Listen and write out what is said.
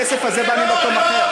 הכסף הזה בא ממקום אחר.